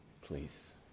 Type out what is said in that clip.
please